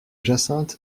jacinthe